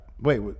Wait